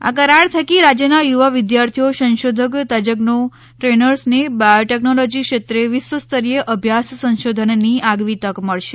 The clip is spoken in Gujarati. આ કરાર થકી રાજ્યના યુવા વિદ્યાર્થીઓ સંશોધક તજ્ઞો દ્રેનર્સને બાયોટેકનોલોજી ક્ષેત્રે વિશ્વસ્તરીય અભ્યાસ સંશોધનની આગવી તક મળશે